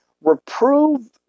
Reprove